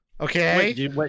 Okay